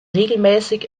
regelmäßig